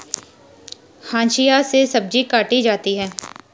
हंसिआ से सब्जी काटी जाती है